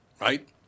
right